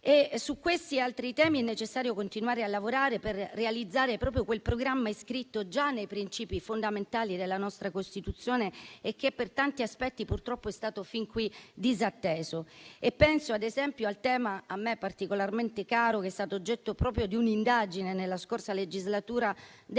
Su questi e altri temi è necessario continuare a lavorare per realizzare quel programma iscritto già nei principi fondamentali della nostra Costituzione e che per tanti aspetti, purtroppo, è stato fin qui disatteso. Penso, ad esempio, al tema a me particolarmente caro, che è stato oggetto di un'indagine nella scorsa legislatura, della